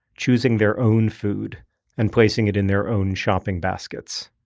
choosing their own food and placing it in their own shopping baskets.